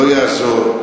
לא יעזור,